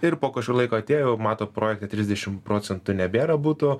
ir po kažkurio laiko atėjo jau mato projekte trisdešimt procentų nebėra butų